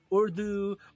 Urdu